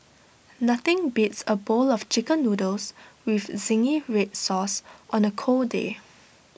nothing beats A bowl of Chicken Noodles with Zingy Red Sauce on A cold day